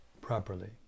properly